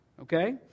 okay